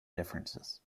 differences